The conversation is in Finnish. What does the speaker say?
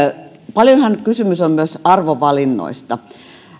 paljonhan kysymys on myös arvovalinnoista